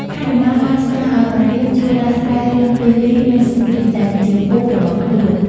ហនុមានបានស្នើឱ្យព្រះរាមជួយដោះស្រាយរឿងពាលី និងសុគ្រីពដែលជាពូរបស់ខ្លួន។